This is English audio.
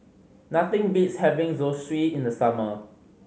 nothing beats having Zosui in the summer